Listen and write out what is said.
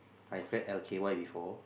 I've read L_K_Y before